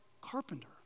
carpenter